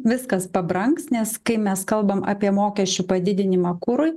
viskas pabrangs nes kai mes kalbam apie mokesčių padidinimą kurui